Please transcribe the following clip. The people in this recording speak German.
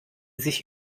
sich